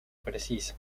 precisa